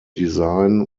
design